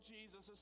Jesus